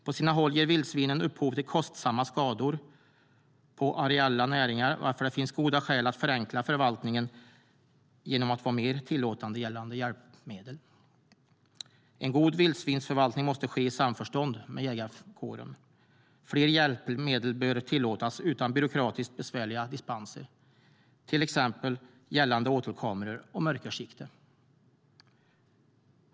På sina håll ger vildsvinen upphov till kostsamma skador på areella näringar varför det finns goda skäl att förenkla förvaltningen genom att vara mer tillåtande gällande hjälpmedel. En god vildsvinsförvaltning måste ske i samförstånd med jägarkåren. Fler hjälpmedel bör tillåtas utan byråkratiskt besvärliga dispenser, till exempel gällande åtelkameror och mörkersikte.